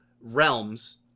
realms